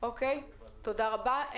תודה רבה.